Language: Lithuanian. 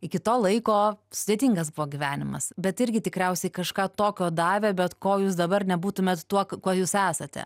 iki to laiko sudėtingas buvo gyvenimas bet irgi tikriausiai kažką tokio davė bet ko jūs dabar nebūtumėt tuo kuo jūs esate